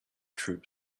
troop